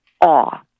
awe